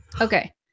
Okay